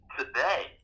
today